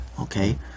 okay